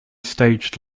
staged